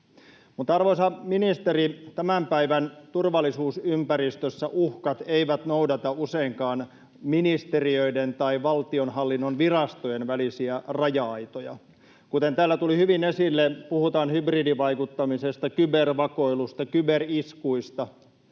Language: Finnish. Arvoisa ministeri, tämän päivän turvallisuusympäristössä uhkat eivät noudata useinkaan ministeriöiden tai valtionhallinnon virastojen välisiä raja-aitoja. Kuten täällä tuli hyvin esille, kun puhutaan hybridivaikuttamisesta, kybervakoilusta, kyberiskuista,